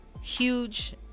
huge